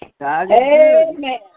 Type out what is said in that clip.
Amen